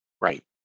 right